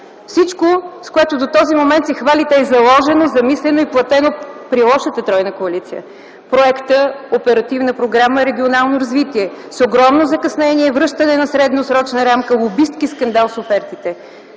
Всичко, с което до този момент се хвалите е заложено, замислено и платено при лошата тройна коалиция. Проектът „Оперативна програма „Регионално развитие”, с огромно закъснение връщане на средносрочна рамка, лобистки скандал с офертите